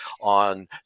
on